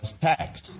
tax